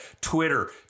Twitter